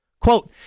Quote